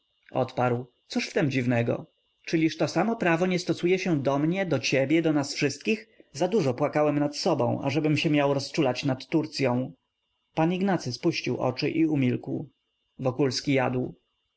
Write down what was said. odparł cóż w tem dziwnego czyliż to samo prawo nie stosuje się do mnie do ciebie do nas wszystkich zadużo płakałem nad sobą ażebym miał rozczulać się nad turcyą pan ignacy spuścił oczy i umilkł wokulski jadł